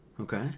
okay